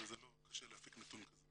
לא קשה להפיק נתון כזה.